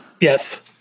yes